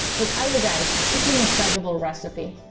without a doubt this is an incredible recipe.